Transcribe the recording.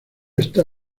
está